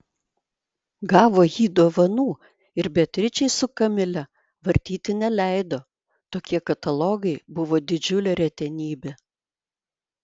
gavo jį dovanų ir beatričei su kamile vartyti neleido tokie katalogai buvo didžiulė retenybė